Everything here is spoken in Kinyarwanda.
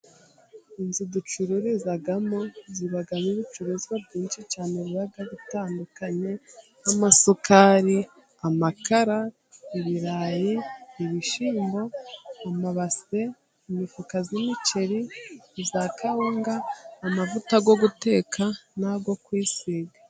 Inzu ducururizamo zibamo ibicuruzwa byinshi cyane biba bitandukanye, nk'amasukari, amakara, ibirayi, ibishyimbo, amabase, imifuka y'imceri iya kawunga amavuta yo guteka nayo kwisiga.